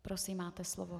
Prosím, máte slovo.